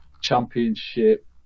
championship